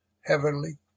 heavenly